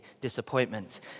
disappointment